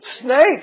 Snakes